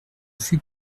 fus